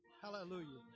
Hallelujah